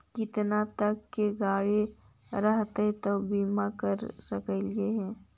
केतना तक के गाड़ी रहतै त बिमा करबा सकली हे?